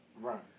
Right